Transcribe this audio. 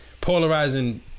polarizing